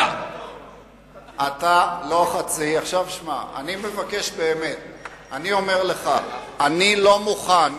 אני אומר לך, אני לא מוכן,